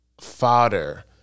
fodder